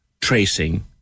tracing